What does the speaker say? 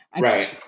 Right